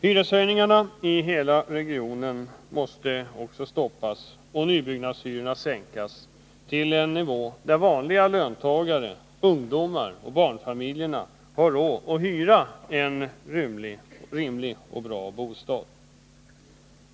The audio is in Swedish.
Hyreshöjningarna i hela regionen måste också stoppas och nybyggnads hyrorna sänkas till en sådan nivå att vanliga löntagare, ungdomar och barnfamiljer har råd att hyra en rimlig och bra bostad.